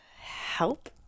help